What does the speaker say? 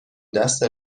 دست